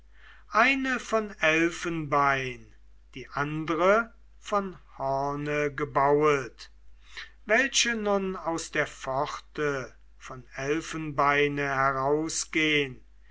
eine von elfenbein die andre von horne gebauet welche nun aus der pforte von elfenbeine herausgehn